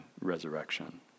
resurrection